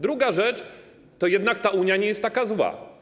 Druga rzecz, to jednak ta Unia nie jest taka zła.